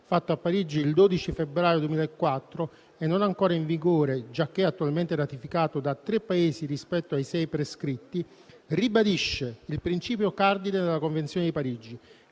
fatto a Parigi il 12 febbraio 2004 e non ancora in vigore, giacché attualmente ratificato da tre Paesi rispetto ai sei prescritti, ribadisce il principio cardine della Convenzione di Parigi